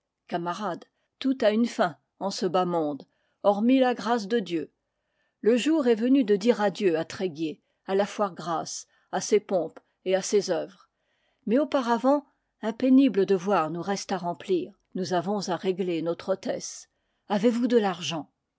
camarades tout a une fin en ce bas monde hormis la grâce de dieu le jour est venu de dire adieu à tréguier à la foire grasse à ses pompes et à ses œuvres mais aupa ravant un pénible devoir nous reste à remplir nous avons à régler notre hôtesse avez-vous de